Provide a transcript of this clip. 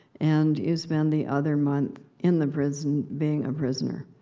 and you spend the other month in the prison being a prisoner.